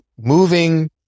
moving